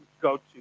go-to